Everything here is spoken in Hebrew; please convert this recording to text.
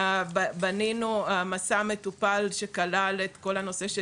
בנינו מסע מטופל שכלל את כל הנושא של